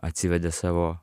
atsivedė savo